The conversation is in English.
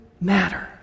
matter